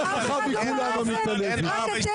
אף אחד לא קרא את זה, רק אתם?